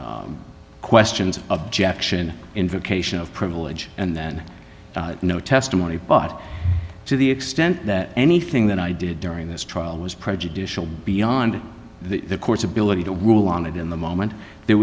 questions objection invocation of privilege and then no testimony but to the extent that anything that i did during this trial was prejudicial beyond the court's ability to will on it in the moment there